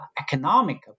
economic